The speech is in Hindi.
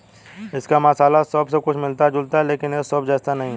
इसका मसाला सौंफ से कुछ मिलता जुलता है लेकिन यह सौंफ जैसा नहीं है